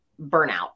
burnout